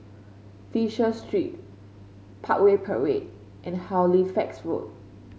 Fisher Street Parkway Parade and Halifax Road